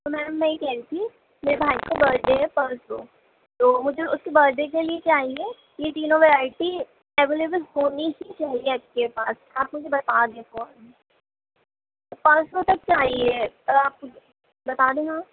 میم میں یہ کہہ رہی تھی میرے بھائی کا برتھ ڈے ہے پرسوں تو مجھے اس کے برتھ ڈے کے لیے چاہیے یہ تینوں ورائٹی اویلیبل ہونی ہی چاہیے آپ کے پاس آپ مجھے بتا دیں پانچ سو تک چاہیے پر آپ مجھے بتا دینا